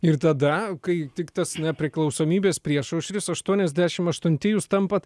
ir tada kai tik tas nepriklausomybės priešaušris aštuoniasdešimt aštunti jūs tampat